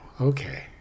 okay